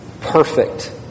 Perfect